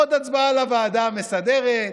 עוד הצבעה לוועדה המסדרת,